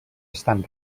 estan